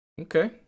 okay